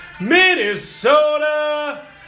Minnesota